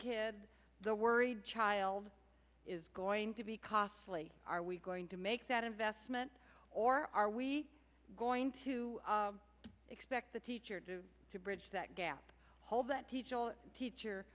kid the worried child is going to be costly are we going to make that investment or are we going to expect the teacher do to bridge that gap hold that teacher will teacher